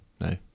no